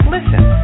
Listen